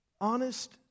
honest